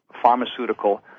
pharmaceutical